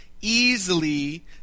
easily